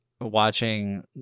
watching